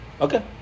Okay